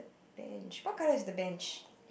bench what colour is the bench